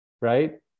right